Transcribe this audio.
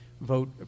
vote